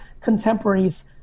contemporaries